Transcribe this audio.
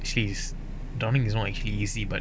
she's drowning it's actually easy but